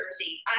Jersey